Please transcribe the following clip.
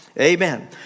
Amen